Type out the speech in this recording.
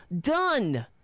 done